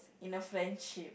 in a friendship